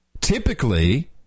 Typically